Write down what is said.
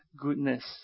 goodness